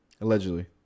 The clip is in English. allegedly